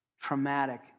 traumatic